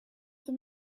them